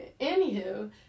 Anywho